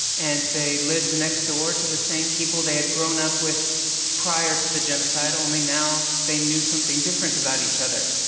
and they lived next door to the same people they had grown up with prior to the genocide. only now they knew something different about each other.